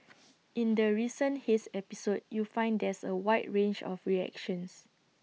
in the recent haze episode you find there's A wide range of reactions